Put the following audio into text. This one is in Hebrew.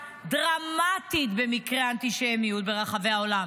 דרמטית במקרי האנטישמיות ברחבי העולם,